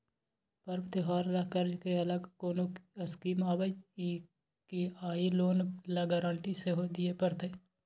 पर्व त्योहार ल कर्ज के अलग कोनो स्कीम आबै इ की आ इ लोन ल गारंटी सेहो दिए परतै?